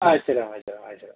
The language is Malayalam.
അയച്ചുതരാം അയച്ചുതരാം അയച്ചുതരാം